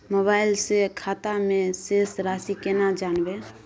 Mobile से खाता में शेस राशि केना जानबे?